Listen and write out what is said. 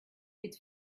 with